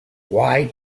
why